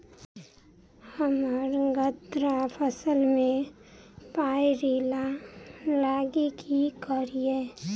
हम्मर गन्ना फसल मे पायरिल्ला लागि की करियै?